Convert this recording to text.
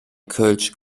kölsch